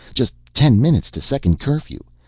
just ten minutes to second curfew!